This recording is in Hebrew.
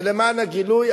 למען הגילוי,